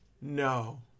No